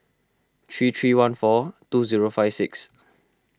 three three one four two zero five six